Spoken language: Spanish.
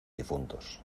difuntos